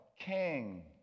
King